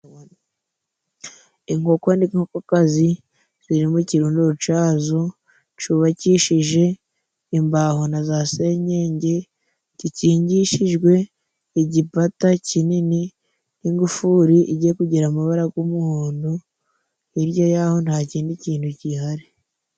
Inkoko n'inkokokazi ziri mu kirundo cazo cubakishije imbaho na za senyenge, gikingishijwe igipata kinini n'ingufuri igiye kugira amabara g'umuhondo, hirya yaho nta kindi kintu gihari.